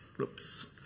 oops